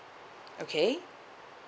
okay